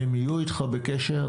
הם יהיו איתך בקשר,